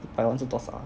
一百万是多少啊